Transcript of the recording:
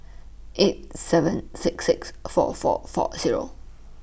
eight seven six six four four four Zero